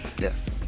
Yes